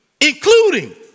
including